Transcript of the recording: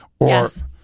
Yes